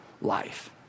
life